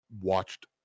watched